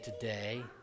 today